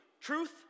Truth